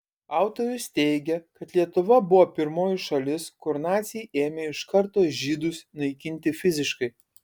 autorius teigia kad lietuva buvo pirmoji šalis kur naciai ėmė iš karto žydus naikinti fiziškai